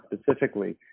specifically